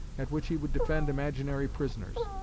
at which he would defend imaginary prisoners.